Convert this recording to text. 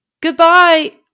Goodbye